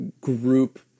group